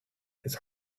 his